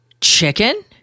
chicken